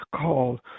called